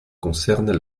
concernent